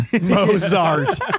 Mozart